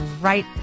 right